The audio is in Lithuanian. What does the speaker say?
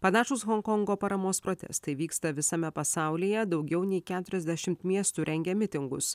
panašūs honkongo paramos protestai vyksta visame pasaulyje daugiau nei keturiasdešimt miestų rengia mitingus